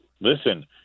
listen